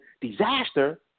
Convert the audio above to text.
disaster